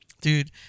dude